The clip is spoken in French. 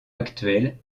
actuel